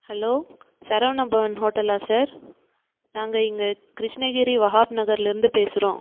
hello Saravana Bhavan ஹோட்டலா sir நாங்கள் இங்கே கிருஷ்ணகிரி வஹாப் நகர்லேருந்து பேசுகிறோம்